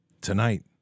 tonight